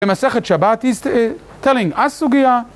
במסכת שבת he’s t..telling us סוגיה